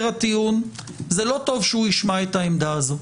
הטיעון זה לא טוב שהוא ישמע את העמדה הזאת.